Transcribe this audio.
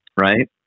Right